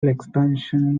expansion